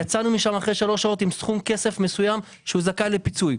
יצאנו משם אחרי שלוש שעות עם סכום כסף מסוים שהוא זכאי לפיצוי.